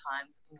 times